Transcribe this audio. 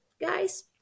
guys